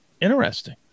Interesting